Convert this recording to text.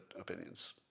opinions